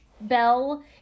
bell